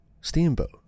steamboat